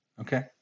okay